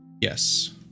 Yes